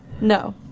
No